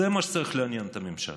זה מה שצריך לעניין את הממשלה,